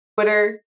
Twitter